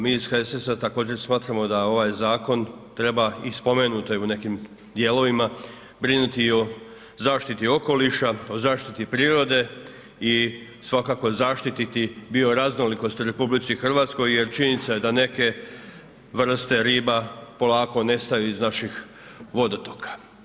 Mi iz HSS-a također smatramo da ovaj zakon treba i spomenuto je u nekim dijelovima, brinuti i o zaštiti okoliša, o zaštiti prirode i svakako zaštiti bioraznolikosti u RH jer činjenica je da neke vrste riba polako nestaju iz naših vodotoka.